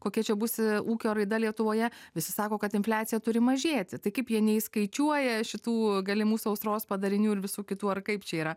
kokia čia bus ūkio raida lietuvoje visi sako kad infliacija turi mažėti tai kaip jie neįskaičiuoja šitų galimų sausros padarinių ir visų kitų ar kaip čia yra